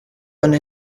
hano